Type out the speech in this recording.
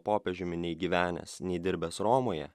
popiežiumi nei gyvenęs nei dirbęs romoje